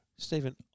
Stephen